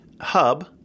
hub